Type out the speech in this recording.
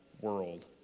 world